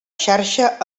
xarxa